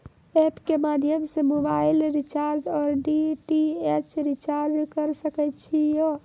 App के माध्यम से मोबाइल रिचार्ज ओर डी.टी.एच रिचार्ज करऽ सके छी यो?